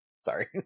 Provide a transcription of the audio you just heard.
sorry